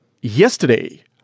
Yesterday